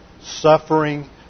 suffering